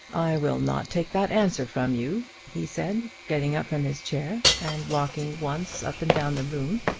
i will not take that answer from you, he said, getting up from his chair, and walking once up and down the room.